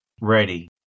ready